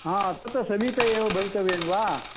हा वस्तुतः समीपे एव भवितव्यं वा